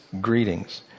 greetings